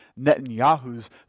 Netanyahu's